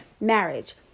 marriage